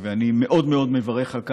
ואני מאוד מאוד מברך על כך.